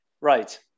Right